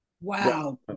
Wow